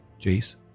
Jace